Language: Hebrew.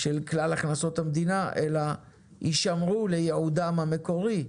של כלל הכנסות המדינה, אלא ישמרו לייעודם המקורי,